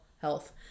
health